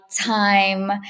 time